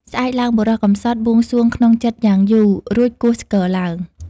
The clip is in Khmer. ស្អែកឡើង បុរសកំសត់បួងសួងក្នុងចិត្ត យ៉ាងយូរ រួចគោះស្គរឡើង ។